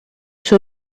sur